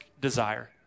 desire